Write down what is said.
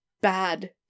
bad